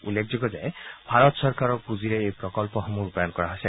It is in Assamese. উল্লেখযোগ্য যে ভাৰত চৰকাৰৰ পুঁজিৰে এই প্ৰকল্পসমূহ ৰূপায়ণ কৰা হৈছে